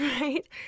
right